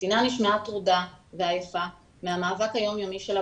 הקטינה נשמעה טרודה ועייפה מהמאבק היום יומי שלה